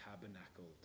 tabernacled